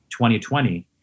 2020